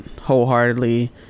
wholeheartedly